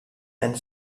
and